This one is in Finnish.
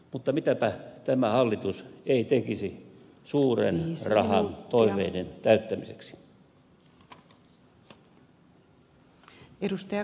mutta mitäpä tämä hallitus ei tekisi suuren rahan toiveiden täyttämiseksi